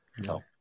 No